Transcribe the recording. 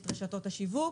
את רשתות השיווק.